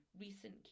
recent